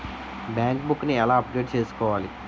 Bank book నీ ఎలా update చేసుకోవాలి?